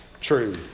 true